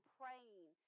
praying